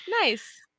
Nice